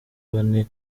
bane